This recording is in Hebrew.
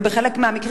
ובחלק מהמקרים